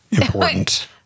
important